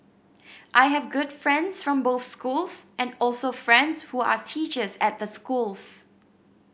I have good friends from both schools and also friends who are teachers at the schools